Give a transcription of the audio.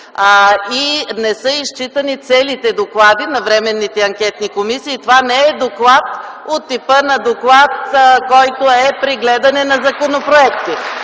Не са изчитани целите доклади на временните анкетни комисии. Това не е доклад от типа на доклад, който се представя при обсъждане на законопроекти.